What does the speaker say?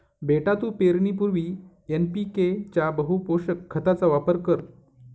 बेटा तू पेरणीपूर्वी एन.पी.के च्या बहुपोषक खताचा वापर कर